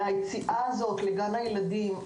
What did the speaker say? היציאה הזו לגן הילדים,